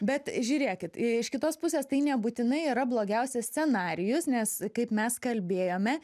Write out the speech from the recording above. bet žiūrėkit iš kitos pusės tai nebūtinai yra blogiausias scenarijus nes kaip mes kalbėjome